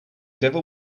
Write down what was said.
devil